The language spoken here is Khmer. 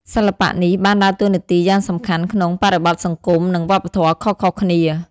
សិល្បៈនេះបានដើរតួនាទីយ៉ាងសំខាន់ក្នុងបរិបទសង្គមនិងវប្បធម៌ខុសៗគ្នា។